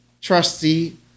trusty